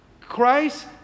christ